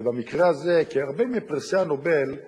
במקום הזה שבו זה